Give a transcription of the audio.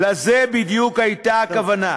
לזה בדיוק הייתה הכוונה.